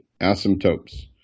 asymptotes